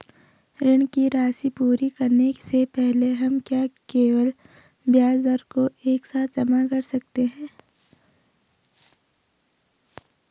ऋण की राशि पूरी करने से पहले हम क्या केवल ब्याज दर को एक साथ जमा कर सकते हैं?